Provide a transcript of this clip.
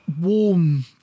warm